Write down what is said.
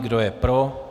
Kdo je pro?